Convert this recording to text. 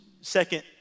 second